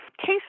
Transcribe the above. case